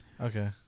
Okay